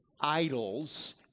idols